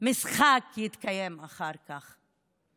משחק יתקיים אחר כך.